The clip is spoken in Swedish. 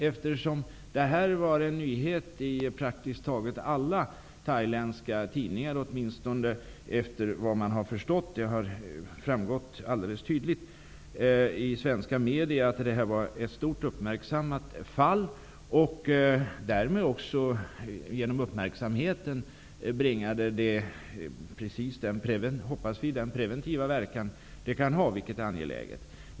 Eftersom detta brott var en stor nyhet i praktiskt taget alla thailändska tidningar -- åtminstone efter vad som alldeles tydligt har framgått av svenska medier -- var detta ett uppmärksammat fall. Genom uppmärksamheten hoppas vi att det bringar en preventiv verkan, vilket är angeläget.